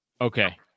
okay